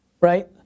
right